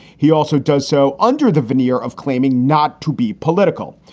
he also does so under the veneer of claiming not to be political.